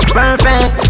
perfect